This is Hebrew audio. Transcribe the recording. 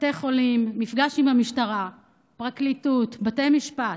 בתי חולים, מפגש עם המשטרה, פרקליטות, בתי משפט,